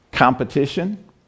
competition